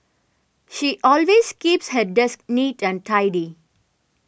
she always keeps her desk neat and tidy